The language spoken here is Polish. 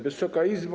Wysoka Izbo!